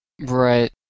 Right